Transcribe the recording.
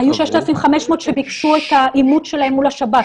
היו 6,500 שביקשו את האימות שלהם מול השב"כ.